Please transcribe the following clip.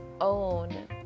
own